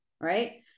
Right